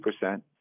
percent